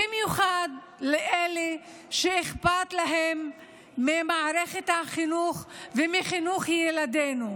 במיוחד לאלה שאכפת להם ממערכת החינוך ומחינוך ילדינו,